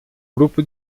grupo